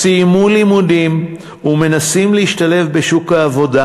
סיימו לימודים ומנסים להשתלב בשוק העבודה